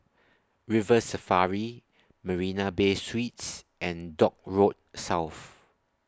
River Safari Marina Bay Suites and Dock Road South